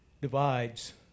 divides